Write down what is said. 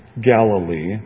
Galilee